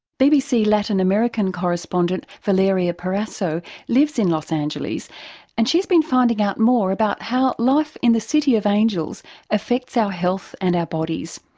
bbc latin american correspondent valeria perasso lives in los angeles and she's been finding out more about how life in the city of angels affects our health and our bodies,